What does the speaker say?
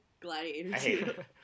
Gladiator